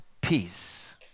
peace